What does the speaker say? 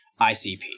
ICP